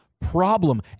problem